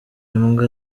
imbwa